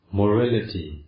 morality